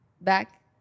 back